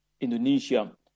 Indonesia